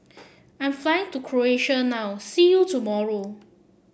I'm flying to Croatia now see you tomorrow